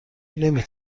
نمی